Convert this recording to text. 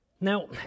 Now